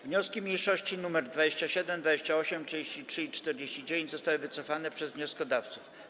Wnioski mniejszości nr 27, 28, 33 i 49 zostały wycofane przez wnioskodawców.